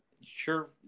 sure